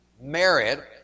merit